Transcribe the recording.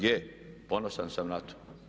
Je, ponosan sam na to.